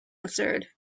answered